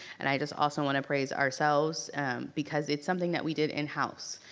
and i just also want to praise ourselves because it's something that we did in-house,